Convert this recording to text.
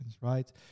right